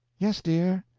yes, dear.